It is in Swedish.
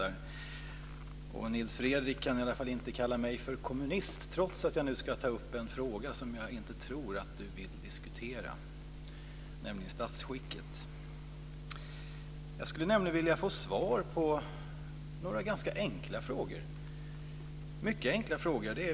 Nils Fredrik Aurelius kan i varje fall inte kalla mig för kommunist, trots att jag nu ska ta upp en fråga som jag inte tror att han vill diskutera, nämligen statsskicket. Jag skulle vilja få svar på några mycket enkla frågor.